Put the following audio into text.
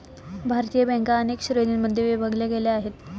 भारतीय बँका अनेक श्रेणींमध्ये विभागल्या गेलेल्या आहेत